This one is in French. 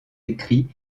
écrits